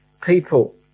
people